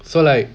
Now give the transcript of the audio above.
so like